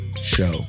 Show